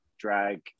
drag